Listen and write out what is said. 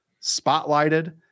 spotlighted